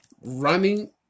running